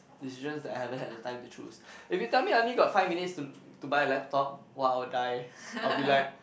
decisions that I haven't had a time to choose if you tell me I only got five minutes to to buy a laptop !wah! I will die I will be like